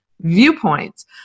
viewpoints